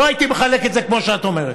לא הייתי מחלק את זה כמו שאת אומרת.